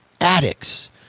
addicts